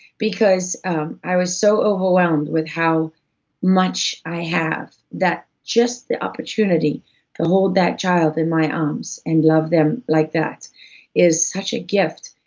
because i was so overwhelmed with how much i have, that just the opportunity to hold that child in my arms, and love them like that is such a gift.